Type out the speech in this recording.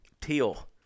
Teal